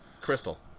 Crystal